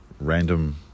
random